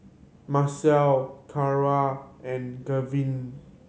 Marcel Cara and Gavin